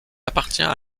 appartient